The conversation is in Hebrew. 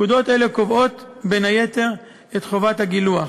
פקודות אלה קובעות, בין היתר, את חובת הגילוח.